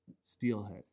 steelhead